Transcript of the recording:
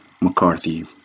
McCarthy